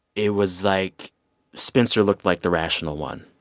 it was like spencer looked like the rational one.